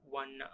one